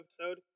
episode